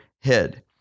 head